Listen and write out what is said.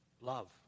Love